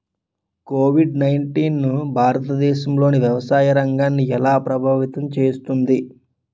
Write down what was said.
Covid nineteen భారతదేశంలోని వ్యవసాయ రంగాన్ని ఎలా ప్రభావితం చేస్తుంది?